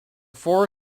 four